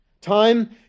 Time